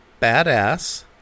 badass